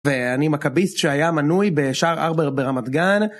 ואני מכביסט שהיה מנוי בשער ארבר ברמת גן